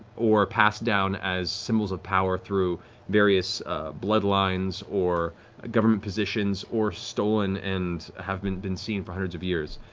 or passed down as symbols of power through various bloodlines or government positions, or stolen and haven't been seen for hundreds of years.